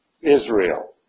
Israel